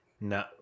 No